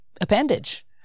appendage